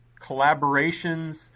collaborations